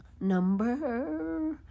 Number